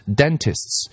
dentists